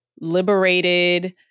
liberated